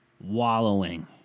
wallowing